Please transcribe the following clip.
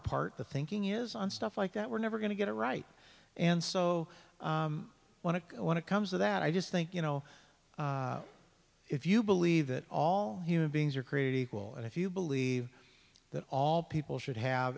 apart the thinking is on stuff like that we're never going to get it right and so when it when it comes to that i just think you know if you believe that all human beings are created equal and if you believe that all people should have